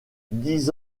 dix